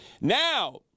Now